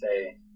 say